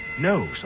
No